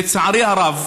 לצערי הרב,